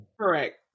correct